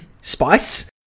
spice